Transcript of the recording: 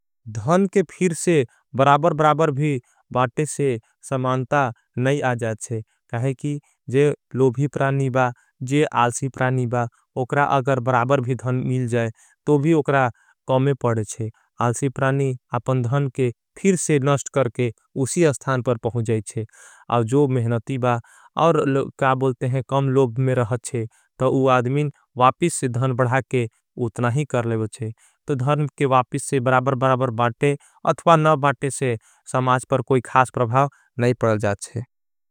धन के फिर से बराबर बराबर भी बाटे से समानता नहीं आजाचे। क्या है कि जे लोभी प्राणी बा जे आलसी प्राणी बा उकरा अगर। बराबर भी धन मिल जाए तो भी उकरा कौमे पड़ेछे आलसी। प्राणी अपन धन के फिर से नष्ट करके उसी अस्थान पर। पहुँझेचे और जो मेहनती बा और का बोलते हैं कम लोभ में। रहचे तो उआदमीन वापिस से धन बढ़ा के उतना ही कर। लेवचे तो धन के वापिस से बराबर बराबर बाटे अथवा ना। बाटे से समाज पर कोई खास प्रभाव नहीं परल जाचे।